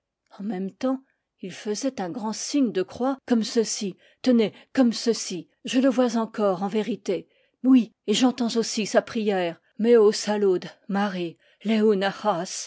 en même temps il faisait un grand signe de croix comme ceci tenez comme ceci je le vois encore en vérité oui et j'entends aussi sa prière me ho salud mari